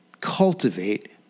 cultivate